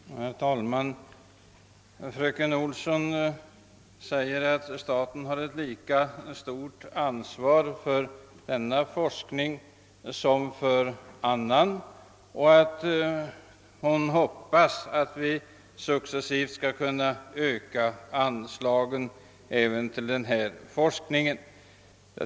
Herr talman! Fröken Olsson säger att staten har lika stort ansvar för denna forskning som för annan forskning och att hon hoppas att vi successivt skall kunna öka anslagen även till denna forskning.